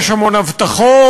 יש המון הבטחות,